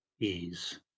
ease